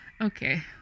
okay